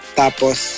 tapos